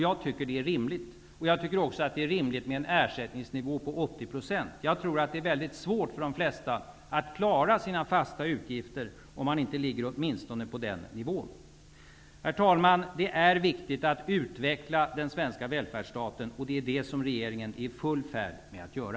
Jag tycker att det är rimligt, och jag tycker också att det är rimligt med en ersättningsnivå på 80 %. Jag tror att det är väldigt svårt för de flesta att klara sina fasta utgifter om vi inte har åtmin stone den nivån. Herr talman! Det är viktigt att utveckla den svenska välfärdsstaten, och det är det som rege ringen är i full färd med att göra.